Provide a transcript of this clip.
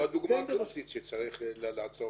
זו הדוגמה הקלסית שצריך לעצור.